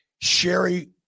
Sherry